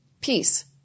Peace